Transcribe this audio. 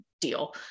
deal